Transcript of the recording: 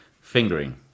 fingering